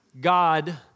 God